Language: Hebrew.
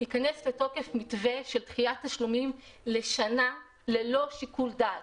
ייכנס לתוקף מתווה של דחיית תשלומים לשנה ללא שיקול דעת.